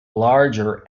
larger